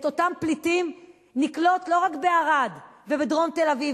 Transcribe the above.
את אותם פליטים נקלוט לא רק בערד ובדרום תל-אביב,